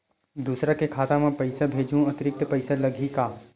दूसरा के खाता म पईसा भेजहूँ अतिरिक्त पईसा लगही का?